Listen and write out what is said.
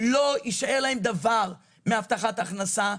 לא יישאר להם דבר מהבטחת ההכנסה,